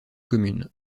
commune